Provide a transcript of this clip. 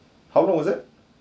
how long was it